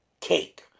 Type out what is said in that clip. cake